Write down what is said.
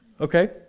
Okay